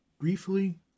Briefly